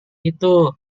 itu